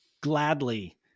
gladly